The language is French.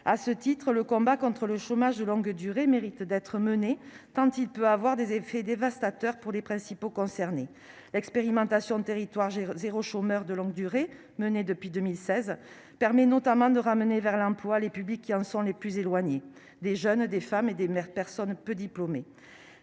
À cet égard, le combat contre le chômage de longue durée mérite d'être mené tant ledit chômage peut avoir des effets dévastateurs pour les principaux concernés. L'expérimentation « territoires zéro chômeur de longue durée », conduite depuis 2016, permet notamment de ramener vers l'emploi les publics qui en sont le plus éloignés, des jeunes, des femmes et des personnes peu diplômées.